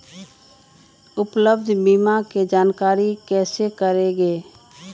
उपलब्ध बीमा के जानकारी कैसे करेगे?